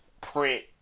print